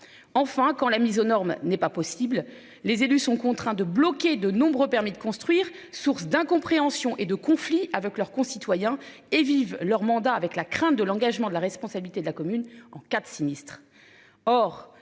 Enfin quand la mise aux normes n'est pas possible. Les élus sont contraints de bloquer, de nombreux permis de construire, source d'incompréhension et de conflits avec leurs concitoyens et vivent leur mandat avec la crainte de l'engagement de la responsabilité de la commune en cas de sinistre.